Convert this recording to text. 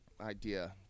idea